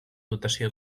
dotació